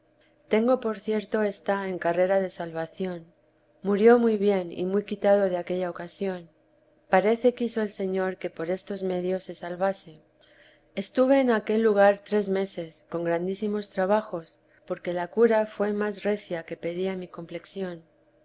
tengo por cierto está en carrera de salvación murió muy bien y muy quitado de aquella ocasión parece quiso el señor que por estos medios se salvase estuve en aquel lugar tres meses con grandísimos trabajos porque la cura fué más recia que pedía mi complexión